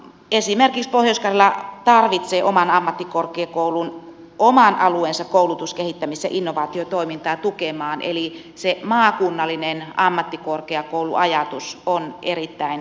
esimerkiksi pohjois karjala tarvitsee oman ammattikorkeakoulun oman alueensa koulutus kehittämis ja innovaatiotoimintaa tukemaan eli se maakunnallinen ammattikorkeakouluajatus on erittäin tavoiteltava